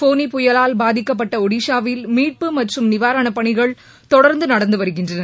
போனி புயலால் பாதிக்கப்பட்ட ஒடிஷாவில் மீட்பு மற்றும் நிவாரணப் பணிகள் தொடர்ந்து நடந்து வருகின்றன